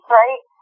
right